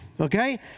okay